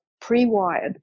pre-wired